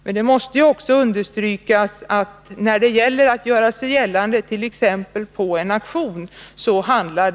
Men det måste också understrykas att det handlar om pengar, när man vill göra sig gällande på t.ex. en auktion.